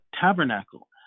tabernacle